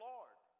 Lord